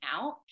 out